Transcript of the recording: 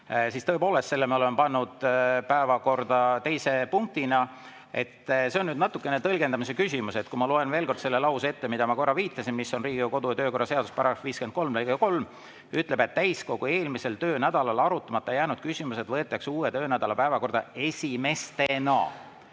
Tõepoolest, selle me oleme pannud päevakorda teise punktina. See on nüüd natukene tõlgendamise küsimus. Ma loen veel kord ette selle lause, millele ma korra viitasin, see on Riigikogu kodu‑ ja töökorra seaduse § 53 lõige 3, mis ütleb, et täiskogu eelmisel töönädalal arutamata jäänud küsimused võetakse uue töönädala päevakorda esimestena.